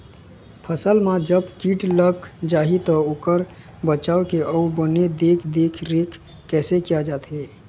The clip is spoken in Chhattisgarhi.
फसल मा जब कीट लग जाही ता ओकर बचाव के अउ बने देख देख रेख कैसे किया जाथे?